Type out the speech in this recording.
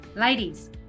ladies